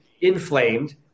inflamed